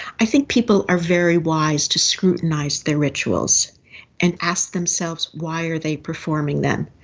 i think people are very wise to scrutinise their rituals and ask themselves why are they performing them.